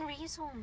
reason